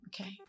Okay